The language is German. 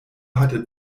hatte